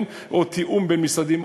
או תיאום בין משרדים,